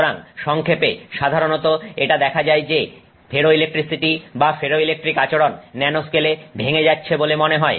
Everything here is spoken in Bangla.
সুতরাং সংক্ষেপে সাধারণত এটা দেখা যায় যে ফেরোইলেকট্রিসিটি বা ফেরোইলেকট্রিক আচরণ ন্যানো স্কেলে ভেঙ্গে যাচ্ছে বলে মনে হয়